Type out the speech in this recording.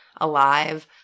alive